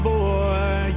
Boy